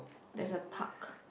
there's a park